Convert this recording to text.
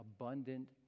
abundant